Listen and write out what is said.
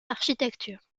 architecture